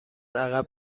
عقب